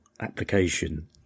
application